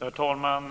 Herr talman!